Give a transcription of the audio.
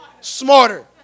smarter